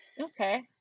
Okay